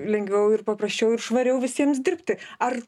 lengviau ir paprasčiau ir švariau visiems dirbti ar